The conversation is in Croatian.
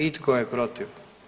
I tko je protiv?